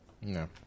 No